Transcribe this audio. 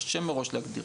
קשה מראש להגדיר.